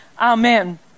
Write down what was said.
amen